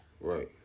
Right